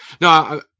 No